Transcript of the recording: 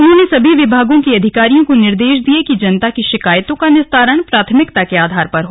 उन्होंने सभी विभागों के अधिकारियों को निर्देश दिये कि जनता की शिकायतों का निस्तारण प्राथमिकता के आधार पर हो